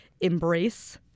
embrace